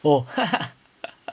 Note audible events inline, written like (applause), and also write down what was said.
oh (laughs)